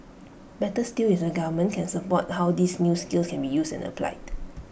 better still is the government can support how these new skills can be used and applied